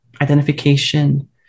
identification